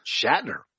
Shatner